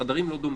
החדרים לא דומים.